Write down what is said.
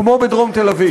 כמו בדרום תל-אביב.